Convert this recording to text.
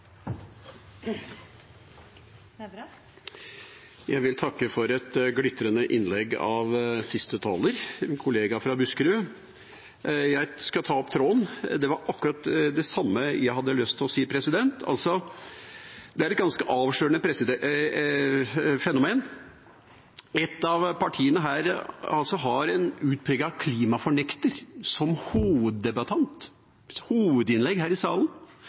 Jeg vil takke for et glitrende innlegg av siste taler – min kollega fra Buskerud. Jeg skal ta opp tråden, for det var akkurat det samme jeg hadde lyst til å si. Det er et ganske avslørende fenomen. Et av partiene her har en utpreget klimafornekter som hoveddebattant til å ha hovedinnlegg her i salen.